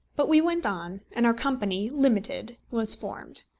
but we went on, and our company limited was formed.